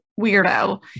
weirdo